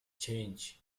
changed